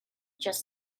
just